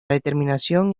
determinación